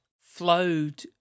flowed